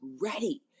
ready